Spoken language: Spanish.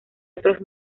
otros